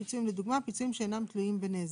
"פיצויים לדוגמה" פיצוים שאינם תלויים בנזק".